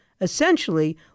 Essentially